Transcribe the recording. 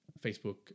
Facebook